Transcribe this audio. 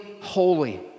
holy